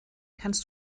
kannst